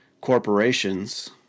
corporations